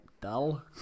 dull